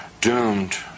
doomed